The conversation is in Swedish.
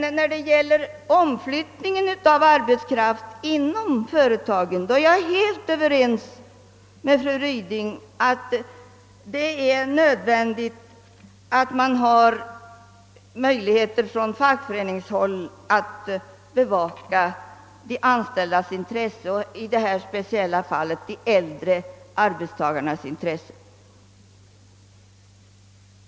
Men när det gäller omflyttningen av arbetskraft inom företagen är jag helt överens med fru Ryding om att det är nödvändigt att man på fackföreningshåll har möjlighet att bevaka de anställdas — och i detta speciella fall de äldre arbetstagarnas — intressen.